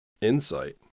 insight